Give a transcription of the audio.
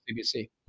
CBC